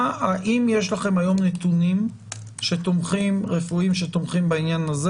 האם יש לכם היום נתונים רפואיים שתומכים בעניין הזה?